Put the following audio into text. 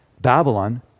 Babylon